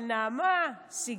אבל נעמה, סיגל,